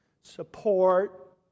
support